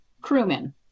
crewmen